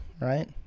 right